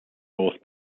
north